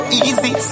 easy